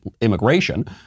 immigration